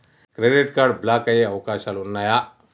Credit card block అయ్యే అవకాశాలు ఉన్నయా?